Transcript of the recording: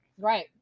Right